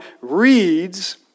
reads